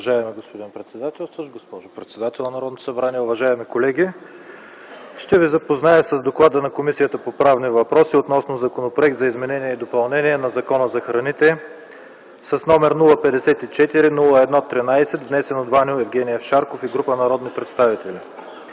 Уважаеми господин председателстващ, госпожо председател на Народното събрание, уважаеми колеги! Ще ви запозная с: „ДОКЛАД на Комисията по правни въпроси. Относно Законопроект за изменение и допълнение на Закона за храните, № 054-01–13, внесен от Ваньо Евгениев Шарков и група народни представители